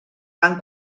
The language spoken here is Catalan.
van